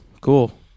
cool